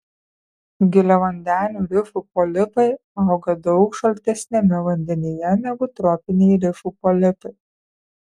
giliavandenių rifų polipai auga daug šaltesniame vandenyje negu tropiniai rifų polipai